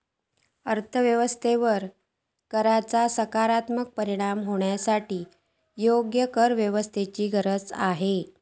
अर्थ व्यवस्थेवर कराचो सकारात्मक परिणाम होवच्यासाठी योग्य करव्यवस्थेची गरज आसा